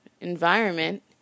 environment